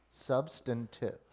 Substantive